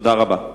תודה רבה.